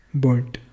burnt